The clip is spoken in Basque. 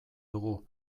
dugu